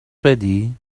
بدی